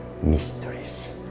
mysteries